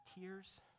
tears